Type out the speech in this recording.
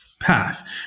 path